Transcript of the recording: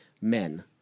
men